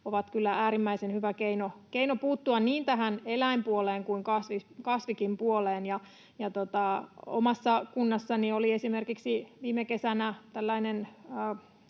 kyllä äärimmäisen hyvä keino puuttua niin tähän eläinpuoleen kuin kasvipuoleenkin. Omassa kunnassani oli esimerkiksi viime kesänä